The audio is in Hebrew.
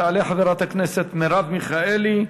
תעלה חברת הכנסת מרב מיכאלי.